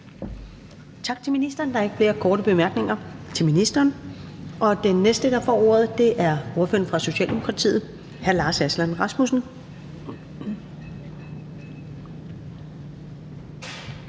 Tak til ministeren. Der er ikke flere korte bemærkninger. Den næste, der får ordet, er ordføreren fra Socialdemokratiet, hr. Lars Aslan Rasmussen.